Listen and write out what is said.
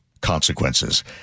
consequences